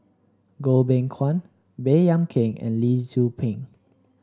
Goh Beng Kwan Baey Yam Keng and Lee Tzu Pheng